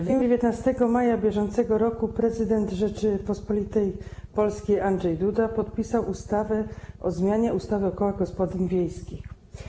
W dniu 19 maja br. prezydent Rzeczypospolitej Polskiej Andrzej Duda podpisał ustawę o zmianie ustawy o kołach gospodyń wiejskich.